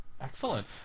Excellent